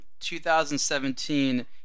2017